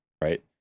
Right